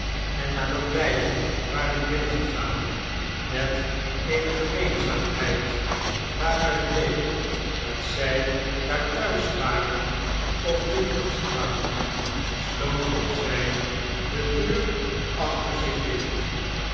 en nadat beiden waren binnengegaan met eene gemeenzaamheid waaruit bleek dat ij daar thuis waren of dikwijls kwamen sloten zij de deur achter zich dicht